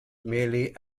merely